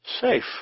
Safe